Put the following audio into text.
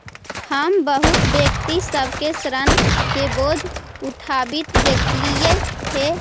हम बहुत व्यक्ति सब के ऋण के बोझ उठाबित देखलियई हे